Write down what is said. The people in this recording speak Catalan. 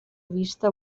vista